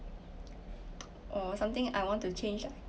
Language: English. or something I want to change but